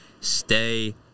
stay